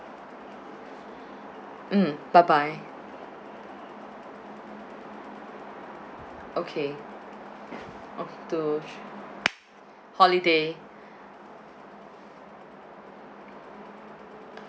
mm bye bye okay o~ two three holiday